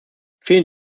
vielen